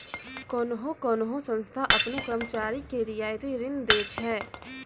कोन्हो कोन्हो संस्था आपनो कर्मचारी के रियायती ऋण दै छै